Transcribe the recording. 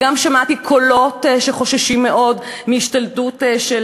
וגם שמעתי קולות שחוששים מאוד מהשתלטות של